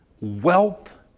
wealth